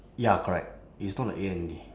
ya correct it's not the A N D